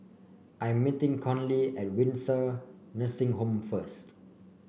I'm meeting Conley at Windsor Nursing Home first